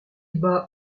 bas